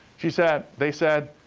she said they said,